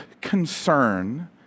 concern